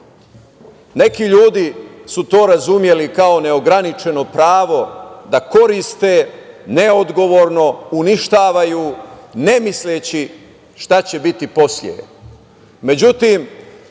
Neki ljudi su to razumeli kao neograničeno pravo da koriste neodgovorno, uništavaju, ne misleći šta će biti posle.